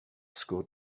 school